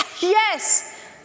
Yes